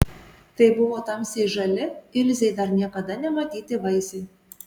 tai buvo tamsiai žali ilzei dar niekada nematyti vaisiai